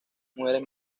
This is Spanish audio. mujeres